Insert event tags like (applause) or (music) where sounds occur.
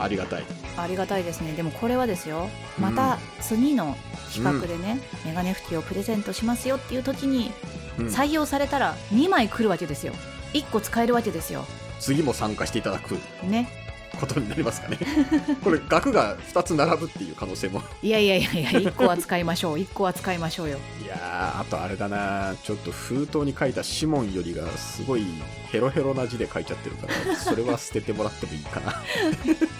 ありがたい。ありがたいですね。でもこれはですよ。うん。また次の企画うん。でね、メガネ拭きをプレゼントしますよっていう時に、うん。採用されたら二枚来るわけですよ。一個使えるわけですよ。次も参加していただくね。ことになりますかね。 (laughs) これ額が二つ並ぶっていう可能性も。いやいやいやいや、一個は使いましょう。一個は使いましょうよ。いやー、あとあれだな。ちょっと封筒に書いたシモンよりがすごいヘロヘロな字で書いちゃってるから、それは捨ててもらってもいいかな。 (laughs)